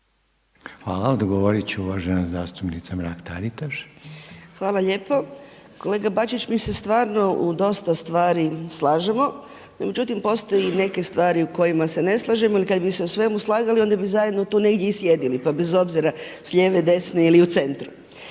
Hvala. Odgovorit će uvažena zastupnica Mrak-Taritaš. **Mrak-Taritaš, Anka (HNS)** Hvala lijepo. Kolega Bačić, mi se stvarno u dosta stvari slažemo. No međutim postoje neke stvari u kojima se ne slažemo jer kad bismo se u svemu slagali onda bi zajedno tu negdje i sjedili pa bez obzira s lijeve, desne ili u centru.